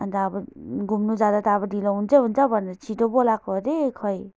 अन्त अब घुम्नु जाँदा त अब ढिलो हुन्छै हुन्छ भनेर छिट्टो बोलाएको अरे खोइ